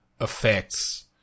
effects